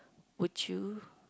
would you